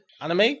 Anime